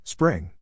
Spring